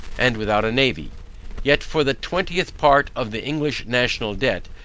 and without a navy yet for the twentieth part of the english national debt,